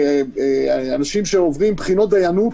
אנשים שעוברים בחינות דיינות.